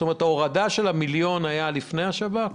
זאת אומרת, ההורדה של המיליון היתה לפני השב"כ?